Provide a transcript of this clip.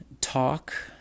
talk